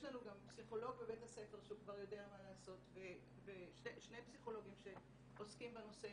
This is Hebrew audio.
יש לנו גם שני פסיכולוגים שעוסקים בנושא.